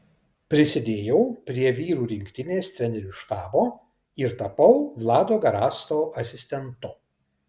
prisidėjau prie vyrų rinktinės trenerių štabo ir tapau vlado garasto asistentu